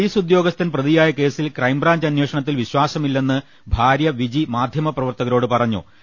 police ഉദ്യോഗ സ്ഥൻ പ്രതിയായ കേസിൽ ക്രൈം ബ്രാഞ്ച് അന്വേഷണത്തിൽ വിശ്വാസമില്ലെന്ന് ഭാര്യ വിജി മാധ്യമപ്രവർത്തകരോട് പറഞ്ഞു